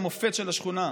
המופת של השכונה,